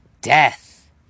death